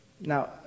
Now